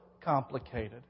complicated